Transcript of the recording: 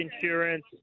insurance